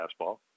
fastball